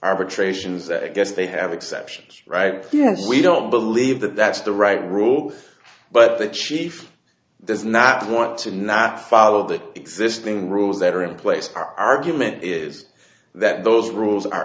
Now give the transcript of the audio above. arbitrations yes they have exceptions right yes we don't believe that that's the right route but the chief does not want to not follow the existing rules that are in place argument is that those rules are